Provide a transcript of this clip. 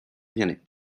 změny